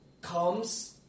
comes